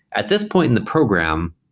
at this point in the program,